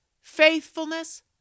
faithfulness